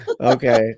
okay